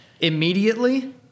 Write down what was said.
immediately